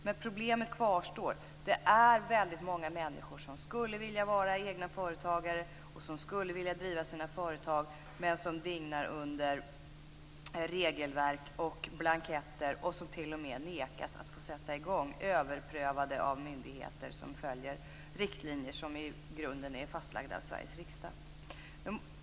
Men problemet kvarstår: Det är väldigt många människor som skulle vilja vara egna företagare och som skulle vilja driva sina företag men som dignar under regelverk och blanketter och som t.o.m. nekas att få sätta i gång, överprövade av myndigheter som följer riktlinjer som i grunden är fastlagda av Sveriges riksdag.